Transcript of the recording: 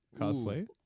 cosplay